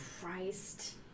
Christ